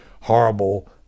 horrible